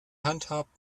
handhabt